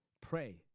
Pray